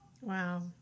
Wow